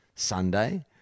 Sunday